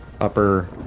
upper